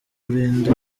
kurinda